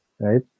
right